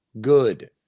good